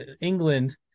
England